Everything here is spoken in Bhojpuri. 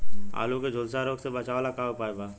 आलू के झुलसा रोग से बचाव ला का उपाय बा?